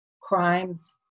crimes